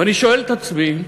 ואני שואל את עצמי,